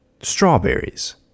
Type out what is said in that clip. strawberries